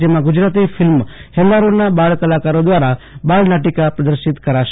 જેમાં ગુજરાતી ફિલ્મ હેલારોના બાળ કલાકારો દ્રારા બાલનાટિકા પ્રદર્શિત થશે